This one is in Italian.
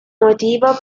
motivo